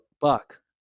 buck